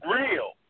real